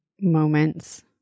moments